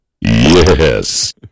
Yes